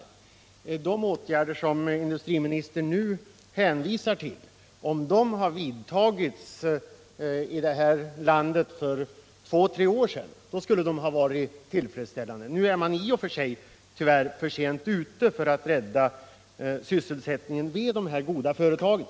Om de åtgärder som industriministern hänvisar till hade vidtagits för ett par tre år sedan skulle de ha varit tillfredsställande. Nu är man tyvärr för sent ute för att rädda sysselsättningen vid de goda företagen.